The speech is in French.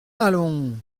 allons